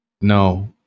No